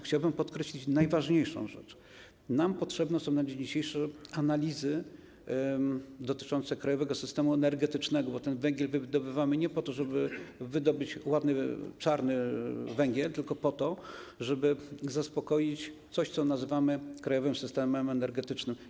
Chciałbym podkreślić najważniejszą rzecz: nam potrzebne są na dzień dzisiejszy analizy dotyczące krajowego systemu energetycznego, bo węgiel wydobywamy nie po to, żeby wydobyć ładny czarny węgiel, tylko po to, żeby zaspokoić coś, co nazywamy krajowym systemem energetycznym.